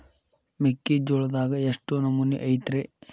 ಮೆಕ್ಕಿಜೋಳದಾಗ ಎಷ್ಟು ನಮೂನಿ ಐತ್ರೇ?